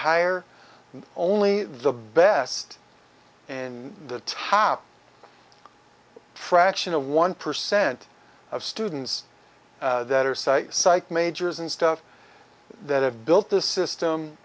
hire only the best and the top fraction of one percent of students that are site psych majors and stuff that have built this